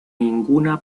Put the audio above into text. ninguna